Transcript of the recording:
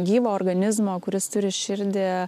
gyvo organizmo kuris turi širdį